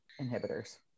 inhibitors